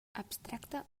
abstracta